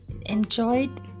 enjoyed